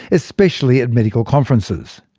especially at medical conferences.